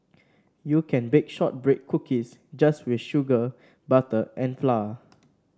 you can bake shortbread cookies just with sugar butter and flour